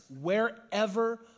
wherever